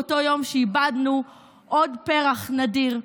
באותו יום שאיבדנו עוד פרח נדיר,